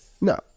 No